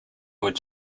would